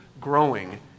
growing